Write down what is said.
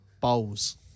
Bowls